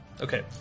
Okay